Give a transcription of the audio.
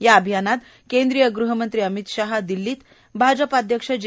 या अभियानात केंद्रीय गृहमंत्री अमित शहा दिल्लीत भाजपाध्यक्ष जे